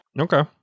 Okay